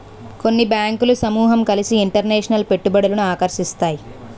కొన్ని బ్యాంకులు సమూహం కలిసి ఇంటర్నేషనల్ పెట్టుబడులను ఆకర్షిస్తాయి